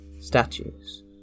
Statues